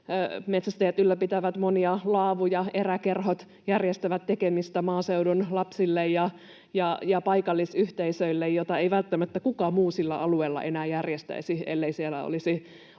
metsästäjät ylläpitävät monia laavuja, eräkerhot järjestävät tekemistä maaseudun lapsille ja paikallisyhteisöille, mitä ei välttämättä kukaan muu sillä alueella enää järjestäisi, ellei siellä olisi eräkerhoa.